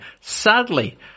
Sadly